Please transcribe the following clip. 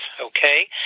okay